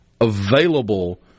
available